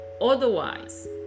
otherwise